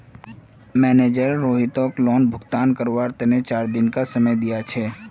manager रोहितक loan भुगतान करवार तने चार दिनकार समय दिया छे